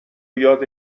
یاد